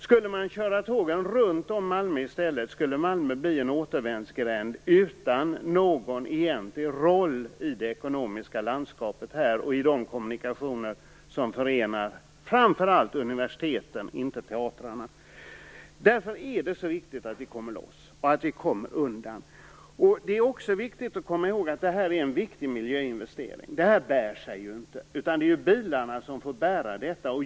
Om man i stället körde tågen runt Malmö, skulle Malmö bli en återvändsgränd utan någon egentlig roll i det ekonomiska landskapet och i de kommunikationer som förenar framför allt universiteten, inte teatrarna. Därför är det så viktigt att vi kommer loss. Kom också ihåg att detta är en viktig miljöinvestering. Det här bär sig inte nu, utan det är bilarna som får ta detta.